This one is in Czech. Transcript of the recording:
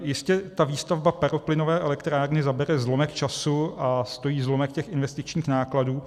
Jistě, ta výstavba paroplynové elektrárny zabere zlomek času a stojí zlomek těch investičních nákladů.